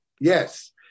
Yes